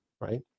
right